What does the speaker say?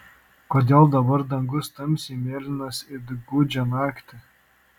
kodėl dabar dangus tamsiai mėlynas it gūdžią naktį